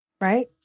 right